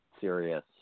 serious